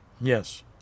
Yes